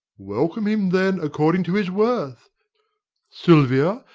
welcome him, then, according to his worth silvia,